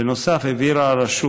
בנוסף הבהירה הרשות